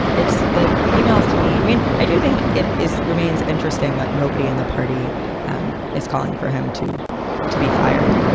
it's the the emails to me. i mean, i do think it is remains interesting that nobody in the party um is calling for him to to be fired.